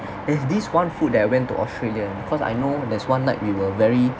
there's this one food that I went to australia cause I know there's one night we were very